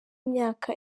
imyaka